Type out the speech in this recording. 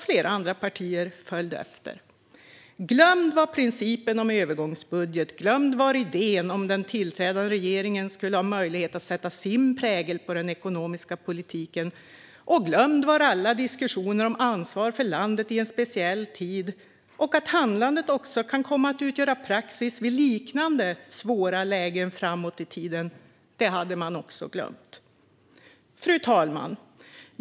Flera andra partier följde efter. Glömd var principen om övergångsbudget, glömd var idén om att den tillträdande regeringen skulle ha möjlighet att sätta sin prägel på den ekonomiska politiken och glömda var alla diskussioner om ansvar för landet i en speciell tid. Att handlandet också kan komma att utgöra praxis vid liknande svåra lägen framåt i tiden - det hade man också glömt. Fru talman!